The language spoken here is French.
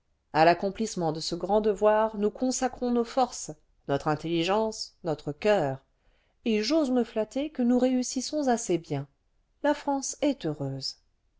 a l'accomphssement de ce grand devoir nous consacrons nos forces notre intelligence notre coeur et j'ose me flatter que nous réussissons assez bien la france est heureuse